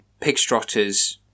pigstrotters